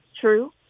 true